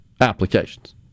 applications